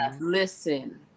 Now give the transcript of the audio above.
listen